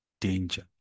danger